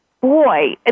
boy